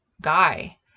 guy